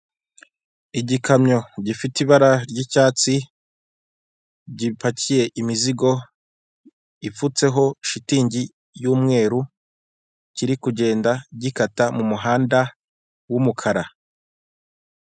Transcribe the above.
Igikamyo gifite ibara ry'icyatsi gipakiye imizigo ifutseho shitingi y'umweru kiri kugenda gikata mumuhanda w'umukara.